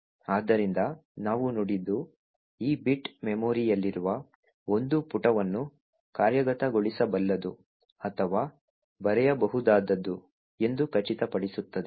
ಆದ್ದರಿಂದ ನಾವು ನೋಡಿದ್ದು ಈ ಬಿಟ್ ಮೆಮೊರಿಯಲ್ಲಿರುವ ಒಂದು ಪುಟವನ್ನು ಕಾರ್ಯಗತಗೊಳಿಸಬಲ್ಲದು ಅಥವಾ ಬರೆಯಬಹುದಾದದ್ದು ಎಂದು ಖಚಿತಪಡಿಸುತ್ತದೆ